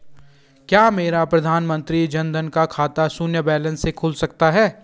क्या मेरा प्रधानमंत्री जन धन का खाता शून्य बैलेंस से खुल सकता है?